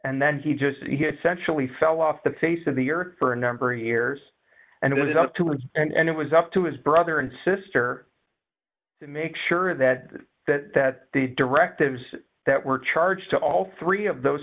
and then he just sensually fell off the face of the earth for a number of years and it was up to him and it was up to his brother and sister to make sure that that that the directives that were charged to all three of those